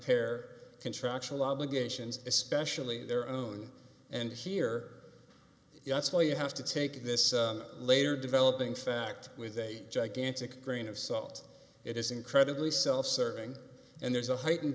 impair contractual obligations especially their own and here yes well you have to take this later developing fact with a gigantic grain of salt it is incredibly self serving and there's a heightened